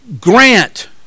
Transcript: Grant